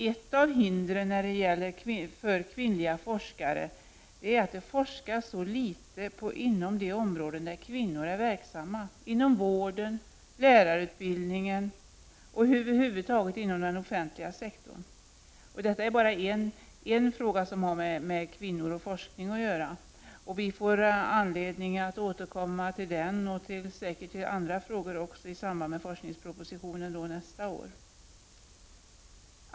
Ett av hindren för kvinn liga forskare är att det forskas så litet inom de områden där kvinnor är verksamma, dvs. inom vården, lärarutbildningen och över huvud taget inom den offentliga sektorn. Detta är en fråga som har bara med kvinnor och forskning att göra. Vi får anledning att återkomma till den och säkert också till andra frågor i samband med forskningspropositionens avlämnande nästa år.